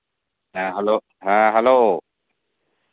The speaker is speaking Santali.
ᱦᱮᱸ ᱦᱮᱞᱳ ᱦᱮᱸ ᱦᱮᱞᱳ